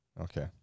okay